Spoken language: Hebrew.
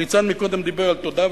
וניצן קודם דיבר על תודעה,